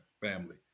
family